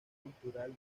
cultural